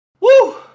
Woo